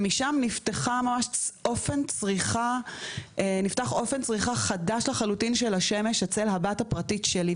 ומשם נפתח אופן צריכה חדש לחלוטין של השמש אצל הבת הפרטית שלי,